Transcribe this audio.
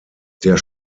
der